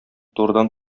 турыдан